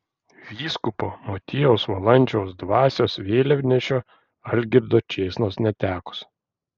vyskupo motiejaus valančiaus dvasios vėliavnešio algirdo čėsnos netekus